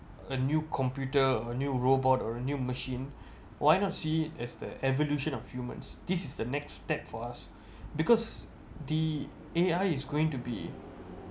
a new computer or new robot or a new machine why not see as the evolution of humans this is the next step for us because the A_I is going to be